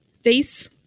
face